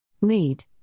Lead